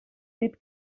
dit